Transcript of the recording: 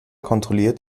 kontrolliert